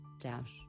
Dash